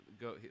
go